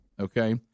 okay